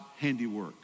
handiwork